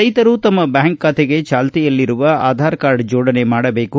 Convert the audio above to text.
ರೈತರು ತಮ್ಮ ಬ್ಕಾಂಕ್ ಖಾತೆಗೆ ಚಾಲ್ತಿಯಲ್ಲಿರುವ ಆಧಾರ್ ಕಾರ್ಡ್ ಜೋಡಣೆ ಮಾಡಬೇಕು